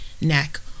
neck